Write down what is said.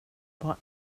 vad